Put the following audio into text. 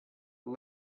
and